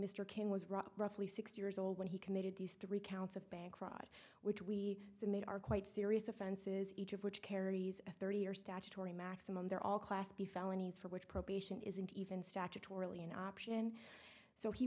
cain was roughly six years old when he committed these three counts of bank rod which we submit are quite serious offenses each of which carries a thirty or statutory maximum they're all class b felonies for which probation isn't even statutorily an option so he